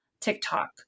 TikTok